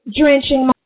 drenching